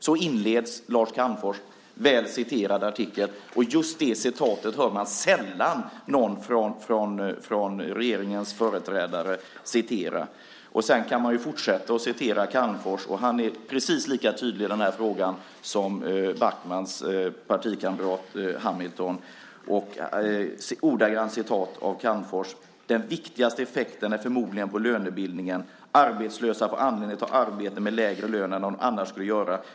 Så inleds Lars Calmfors väl citerade artikel, och just det hör man sällan någon från regeringens företrädare citera. Sedan kan man fortsätta att citera Calmfors. Han är precis lika tydlig i den här frågan som Backmans partikamrat Hamilton. Här är ett ordagrant citat av Calmfors: "Den viktigaste effekten är förmodligen på lönebildningen. Arbetslösa får anledning att ta arbeten med lägre lön än de annars skulle göra.